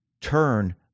turn